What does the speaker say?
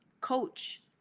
coach